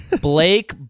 Blake